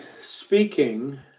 speaking